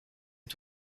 ces